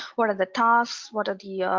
what are the tasks? what are the